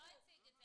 הוא לא הציג את זה.